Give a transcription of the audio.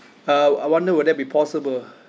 uh I wonder would that be possible